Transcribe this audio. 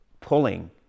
pulling